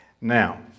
Now